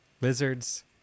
Lizards